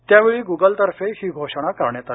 त्यावेळी गुगलतर्फे ही घोषणा करण्यात आली